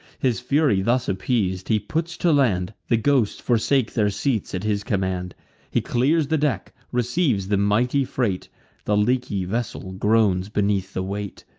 his fury thus appeas'd, he puts to land the ghosts forsake their seats at his command he clears the deck, receives the mighty freight the leaky vessel groans beneath the weight.